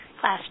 class